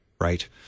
right